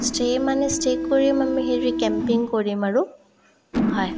stay মানে stay কৰিম আমি হেৰি কেম্পিং কৰিম আৰু হয়